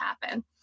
happen